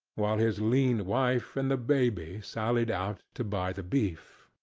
while his lean wife and the baby sallied out to buy the beef.